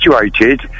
situated